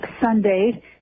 Sunday